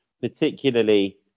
particularly